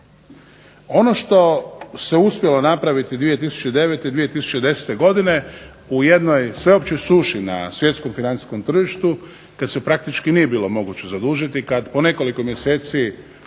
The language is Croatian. Ono što se uspjelo napraviti u 2009. i 2010. godine u jednoj sveopćoj suši na svjetskom financijskom tržištu kada se praktički nije bilo moguće zadužiti, kada po nekoliko mjeseci